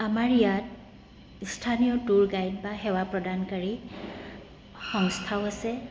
আমাৰ ইয়াত স্থানীয় টুৰ গাইড বা সেৱা প্ৰদানকাৰী সংস্থাও আছে